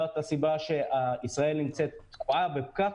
זאת הסיבה שישראל נמצאת תקועה בפקק.